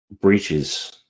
breaches